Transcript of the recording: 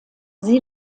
sie